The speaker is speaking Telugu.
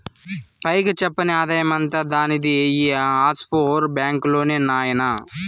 పైకి చెప్పని ఆదాయమంతా దానిది ఈ ఆఫ్షోర్ బాంక్ లోనే నాయినా